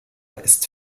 ist